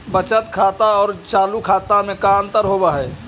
बचत खाता और चालु खाता में का अंतर होव हइ?